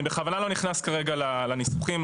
אני בכוונה לא נכנס כרגע לניסוחים.